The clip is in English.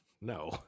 No